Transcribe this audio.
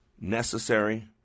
Necessary